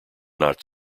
not